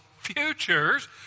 futures